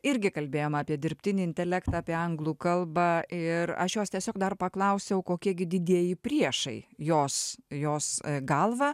irgi kalbėjom apie dirbtinį intelektą apie anglų kalbą ir aš jos tiesiog dar paklausiau kokie gi didieji priešai jos jos galva